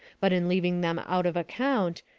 but in leaving them out of account,